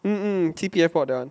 mm mm C_P_F board that one